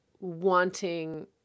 wanting